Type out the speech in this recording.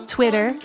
Twitter